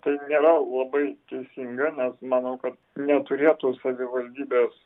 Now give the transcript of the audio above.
tai nėra labai teisinga nes manau kad neturėtų savivaldybės